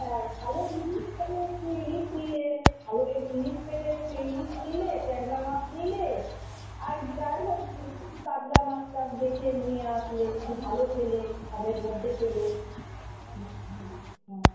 হ্যাঁ ভালো ইলিশ পেলে একটু ইলিশ নিলে ভালো ইলিশ পেলে একটু ইলিশ নিলে ট্যাংরা মাছ নিলে আর যাইহোক একটু কাতলা মাছটাছ দেখে নিয়ে আসলে একটু ভালো পেলে কমের মধ্যে পেলে হুম হুম হ্যাঁ